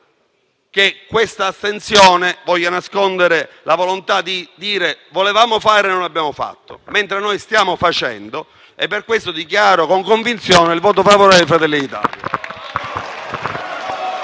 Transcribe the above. che questa astensione voglia nascondere la volontà di dire: volevamo fare e non abbiamo fatto. Noi invece stiamo facendo e per questo dichiaro con convinzione il voto favorevole del Gruppo Fratelli d'Italia.